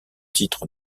titre